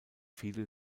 viele